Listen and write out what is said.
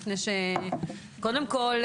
קודם כל,